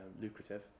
lucrative